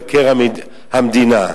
והביטחון גם העליתי את זה כמה פעמים,